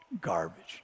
Garbage